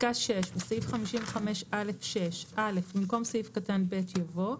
בסעיף 55א6 - במקום סעיף קטן (ב) יבוא: